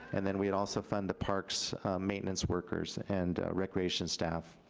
and then we'd also fund the park's maintenance workers and recreation staff.